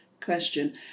question